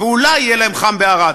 ואולי יהיה להם חם בערד.